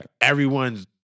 everyone's